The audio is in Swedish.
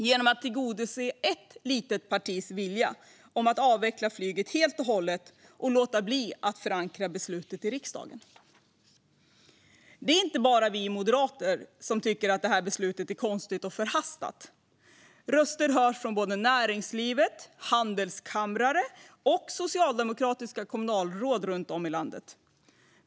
Här tillgodoser man ett litet partis önskan att avveckla flyget helt och hållet och låter därför bli att förankra beslutet i riksdagen. Det är inte bara vi moderater som tycker att det här beslutet är konstigt och förhastat. Röster hörs från såväl näringsliv och handelskammare som socialdemokratiska kommunalråd runt om i landet.